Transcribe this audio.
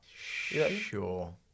Sure